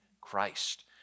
Christ